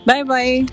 Bye-Bye